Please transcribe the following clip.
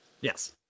Yes